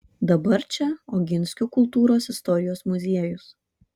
dabar čia oginskių kultūros istorijos muziejus